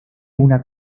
una